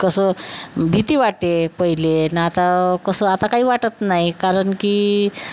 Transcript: कसं भीती वाटे पहिले न आता कसं आता काही वाटत नाही कारण की